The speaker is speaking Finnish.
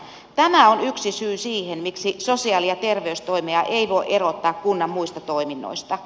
tämä on yksi syy siihen miksi sosiaali ja terveystoimea ei voi erottaa kunnan muista toiminnoista